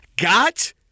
got